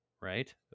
right